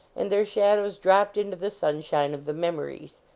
and their shadows dropped into the sunshine of the memories.